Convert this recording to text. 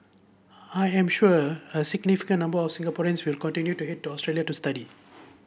I am sure a significant number of Singaporeans will continue to head to Australia to study